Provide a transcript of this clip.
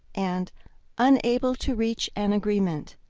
and unable to reach an agreement.